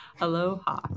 Aloha